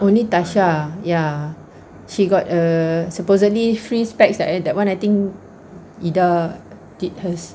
oo ni tasha ya she got a supposedly free specs that eh that [one] I think ida did hers